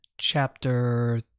chapter